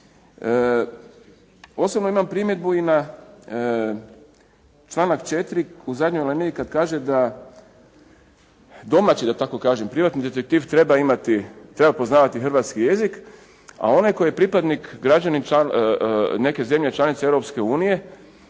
Osobno imam primjedbu i na članak 4. u zadnjoj alineji kad kaže da domaći, da tako kažem privatni detektiv treba poznavati hrvatski jezik, a onaj tko je pripadnik građanin neke zemlje članice Europske unije